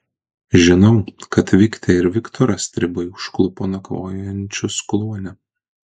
žinau kad viktę ir viktorą stribai užklupo nakvojančius kluone